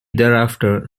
thereafter